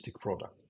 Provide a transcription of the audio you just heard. product